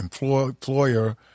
employer